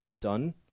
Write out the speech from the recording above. done